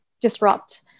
disrupt